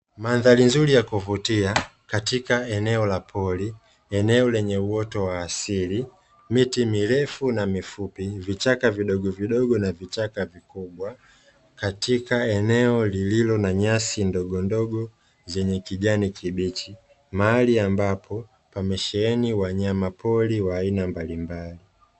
Madhari nzuri ya kuvutia katika eneo la pori lenye uoto wa asili , miti mirefu na mifupi, vichaka vidogo vidogo na vikubwa katika eneo lenye nyasi ndogo ndogo zenye kijani kibichi mahali ambapo pamesheheni wanyama pori wa aina mbalimbali.